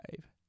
five